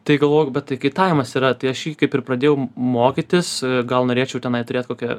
tai galvoju bet tai kitavimas yra tai aš jį kaip ir pradėjau mokytis gal norėčiau tenai turėt kokią